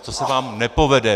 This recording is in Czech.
To se vám nepovede.